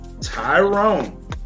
Tyrone